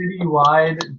citywide